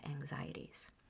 anxieties